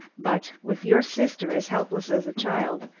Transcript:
but with your sister as helpless as a child,